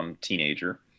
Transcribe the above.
Teenager